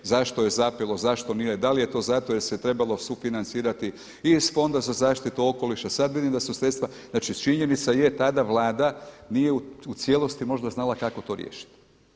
Zašto je zapelo, zašto nije, da li je to zato jer se trebalo sufinancirati i iz Fonda za zaštitu okoliša, sada vidim da su sredstva, znači činjenica je tada vlada nije u cijelosti možda znala kako to riješiti.